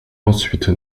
ensuite